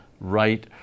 right